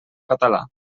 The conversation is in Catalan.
català